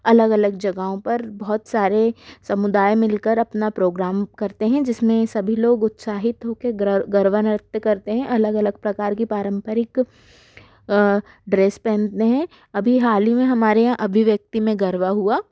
अलग जगहों पर बहुत सारे समुदाय मिल कर अपना प्रोग्राम करते हैं जिसमें सभी लोग उत्साहित होके गरबा नृत्य करते हैं अलग अलग प्रकार की पारंपरिक ड्रेस पहनते हैं अभी हाल ही में हमारे यहाँ अभिव्यक्ति में गरबा हुआ